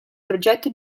progetto